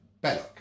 Belloc